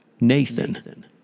Nathan